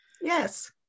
yes